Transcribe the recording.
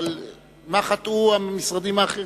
אבל מה חטאו המשרדים האחרים?